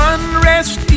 Unrest